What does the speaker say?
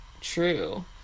true